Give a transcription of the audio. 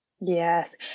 Yes